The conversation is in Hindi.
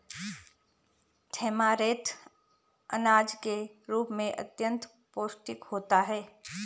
ऐमारैंथ अनाज के रूप में अत्यंत पौष्टिक होता है